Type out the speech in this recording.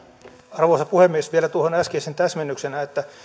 arvoisa puhemies vielä tuohon äskeiseen täsmennyksenä että